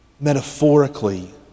metaphorically